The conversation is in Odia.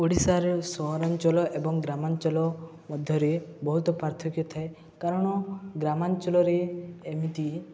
ଓଡ଼ିଶାର ସହରାଞ୍ଚଳ ଏବଂ ଗ୍ରାମାଞ୍ଚଳ ମଧ୍ୟରେ ବହୁତ ପାର୍ଥକ୍ୟ ଥାଏ କାରଣ ଗ୍ରାମାଞ୍ଚଳରେ ଏମିତି